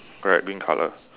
correct green colour